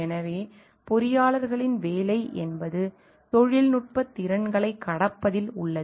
எனவே பொறியாளர்களின் வேலை என்பது தொழில்நுட்பத் திறன்களைக் கடப்பதில் உள்ளது